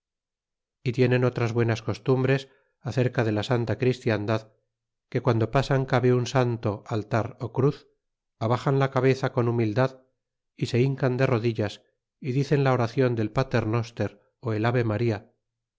y tienen otras buenas costumbres acerca de la santa christiandad que guando pasan cabe un santo altar cruz abaxan la cabeza con humildad y se hincan de rodillas y dicen la oracion del pater noster ti el ave maría